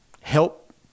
Help